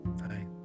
Hi